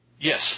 Yes